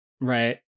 right